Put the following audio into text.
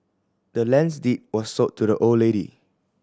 the land's deed was sold to the old lady